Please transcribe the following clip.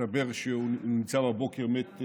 הסתבר שהוא נמצא בבוקר מת,